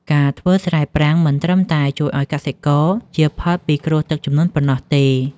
ការធ្វើស្រែប្រាំងមិនត្រឹមតែជួយឱ្យកសិករជៀសផុតពីគ្រោះទឹកជំនន់ប៉ុណ្ណោះទេ។